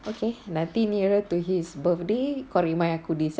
okay nanti nearer to his birthday kau remind aku this ah